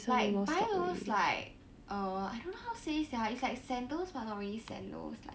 like buy those like err I don't know how to say sia it's like sandals but not really sandals like